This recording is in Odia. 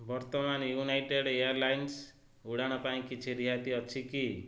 ବର୍ତ୍ତମାନ ୟୁନାଇଟେଡ଼୍ ଏୟାର୍ଲାଇନ୍ସ୍ ଉଡ଼ାଣ ପାଇଁ କିଛି ରିହାତି ଅଛି କି